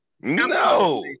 No